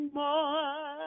more